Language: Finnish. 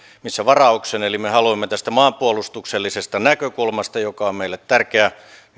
nimissä varauksen eli me haluamme tästä maanpuolustuksellisesta näkökulmasta joka on meille tärkeä